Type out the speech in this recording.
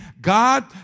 God